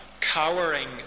cowering